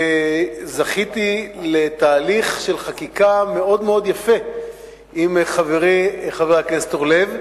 וזכיתי לתהליך של חקיקה מאוד מאוד יפה עם חברי חבר הכנסת אורלב,